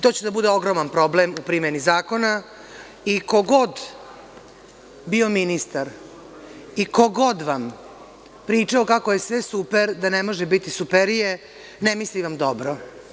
To će da bude ogroman problem u primeni zakona i ko god bio ministar i ko god vam pričao kako je sve super, da ne može biti superije, ne misli vam dobro.